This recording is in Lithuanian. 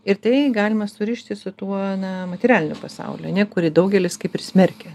ir tai galima surišti su tuo na materialiniu pasauliu ane kurį daugelis kaip ir smerkia